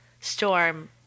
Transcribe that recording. storm